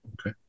okay